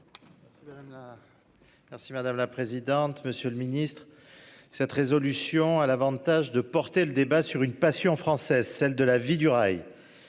Merci madame la présidente. Monsieur le Ministre, cette résolution a l'Avantage de porter le débat sur une passion française, celle de La Vie du rail.